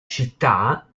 città